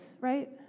right